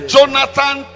Jonathan